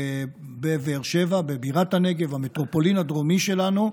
בבאר שבע, בבירת הנגב, המטרופולין הדרומי שלנו.